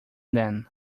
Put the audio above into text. then